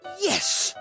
Yes